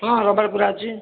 ହଁ ରବିବାର ପୂରା ଅଛି